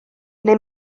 neu